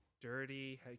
dirty